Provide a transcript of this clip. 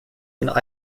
and